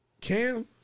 cam